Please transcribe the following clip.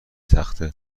تخته